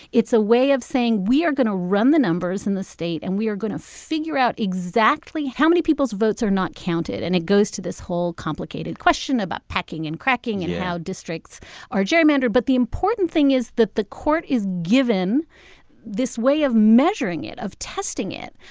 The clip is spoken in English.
it's a way of saying, we are going to run the numbers in the state. and we are going to figure out exactly how many people's votes are not counted. and it goes to this whole complicated question about packing and cracking and how districts are gerrymandered. but the important thing is that the court is given this way of measuring it, of testing it.